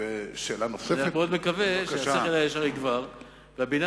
אני רק מאוד מקווה שהשכל הישר יגבר והבניין